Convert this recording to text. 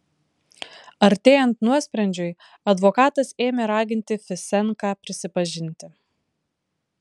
artėjant nuosprendžiui advokatas ėmė raginti fisenką prisipažinti